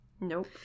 Nope